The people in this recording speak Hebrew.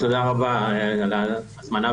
תודה רבה על ההזמנה,